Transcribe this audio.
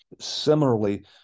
similarly